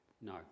No